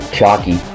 Chalky